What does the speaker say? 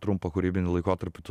trumpą kūrybinį laikotarpį tu